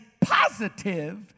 positive